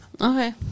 Okay